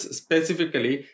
specifically